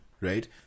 Right